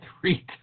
three